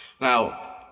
Now